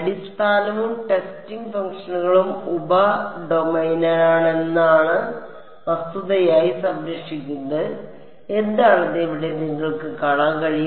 അടിസ്ഥാനവും testing ഫംഗ്ഷനുകളും ഉപ ഡൊമെയ്നാണെന്നത് വസ്തുതയായി സംരക്ഷിക്കുന്നത് എന്താണെന്ന് ഇവിടെ നിങ്ങൾക്ക് കാണാൻ കഴിയും